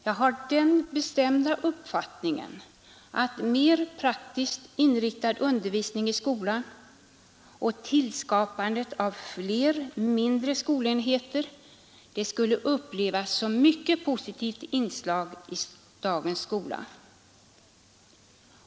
Jag har den bestämda uppfattningen att mer praktiskt inriktad undervisning i skolan och tillskapandet av fler mindre skolenheter skulle upplevas som ett mycket positivt inslag i dagens skola.